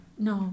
No